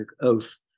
Oath